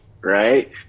Right